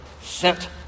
sent